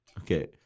Okay